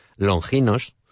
Longinos